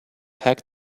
pack